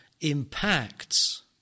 impacts